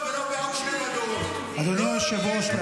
זה לא מתפקיד היושב-ראש.